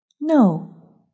no